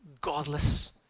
godless